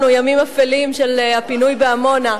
את הימים האפלים של הפינוי בעמונה.